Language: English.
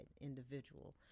individual